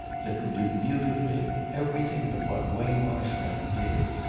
that would do beautifully everything but what waymarsh might give.